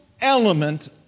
element